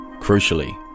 Crucially